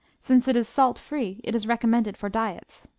since it is salt-free it is recommended for diets.